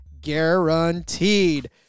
guaranteed